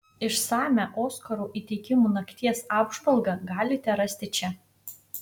išsamią oskarų įteikimų nakties apžvalgą galite rasti čia